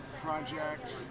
Projects